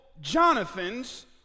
Jonathan's